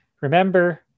remember